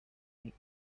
make